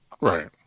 Right